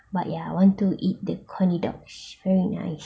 but ya want to eat the coney dogs very nice